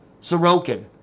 Sorokin